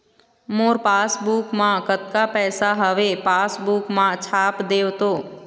मोर passbook मा कतका पैसा हवे पासबुक मा छाप देव तो?